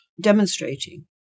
demonstrating